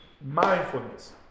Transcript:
mindfulness